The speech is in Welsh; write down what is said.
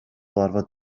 orfod